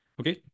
Okay